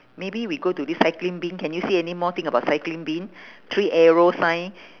maybe we go to recycling bin can you see anymore thing about recycling bin three arrow sign